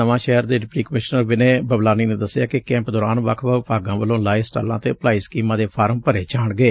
ਨਵਾਂ ਸ਼ਹਿਰ ਦੇ deputy commissioner Vinay Bablani ਨੇ ਦੱਸਿਐ ਕਿ ਕੈੱਪ ਦੌਰਾਨ ਵੱਖ ਵੱਖ ਵਿਭਾਗਾਂ ਵੱਲੋਂ ਲਾਏ ਸਟਾਲਾਂ ਤੇ ਭਲਾਈ ਸਕੀਮਾਂ ਦੇ ਫ਼ਾਰਮ ਭਰੇ ਜਾਣਗੇ